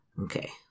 Okay